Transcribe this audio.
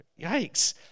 Yikes